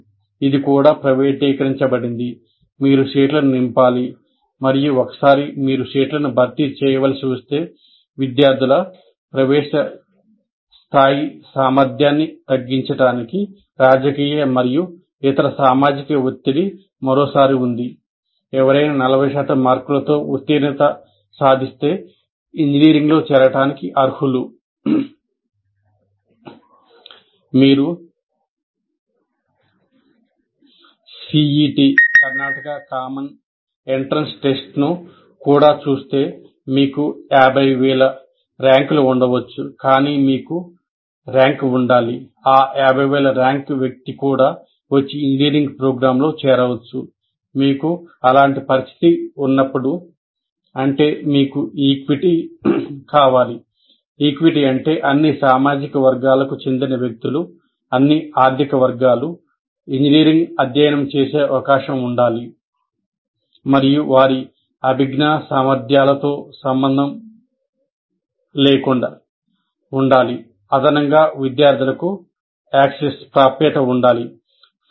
ఇది కూడా ప్రైవేటీకరించబడింది మీరు సీట్లను నింపాలి మరియు ఒకసారి మీరు సీట్లను భర్తీ చేయవలసి వస్తే విద్యార్థుల ప్రవేశ స్థాయి సామర్థ్యాన్ని తగ్గించడానికి రాజకీయ మరియు ఇతర సామాజిక ఒత్తిడి మరోసారి ఉంది ఎవరైనా 40 శాతం మార్కులతో ఉత్తీర్ణత సాధిస్తే ఇంజనీరింగ్ లో చేరటానికి అర్హులు